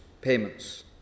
payments